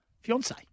fiance